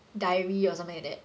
dairy or something like that